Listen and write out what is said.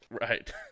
right